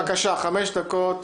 אורי, בבקשה, חמש דקות.